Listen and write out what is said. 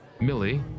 Millie